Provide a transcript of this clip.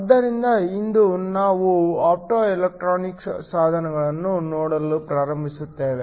ಆದ್ದರಿಂದ ಇಂದು ನಾವು ಆಪ್ಟೊಎಲೆಕ್ಟ್ರಾನಿಕ್ ಸಾಧನಗಳನ್ನು ನೋಡಲು ಪ್ರಾರಂಭಿಸುತ್ತೇವೆ